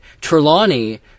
Trelawney